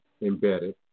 embedded